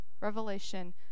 revelation